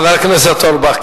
חבר הכנסת אורבך.